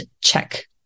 check